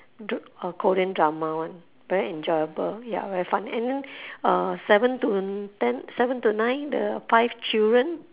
dr~ oh korean drama [one] very enjoyable ya very fun~ and then seven to ten seven to nine the five children